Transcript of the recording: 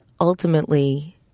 ultimately